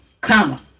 comma